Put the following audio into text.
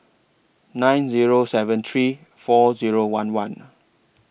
nine Zero seven three four Zero one one